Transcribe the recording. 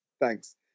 Thanks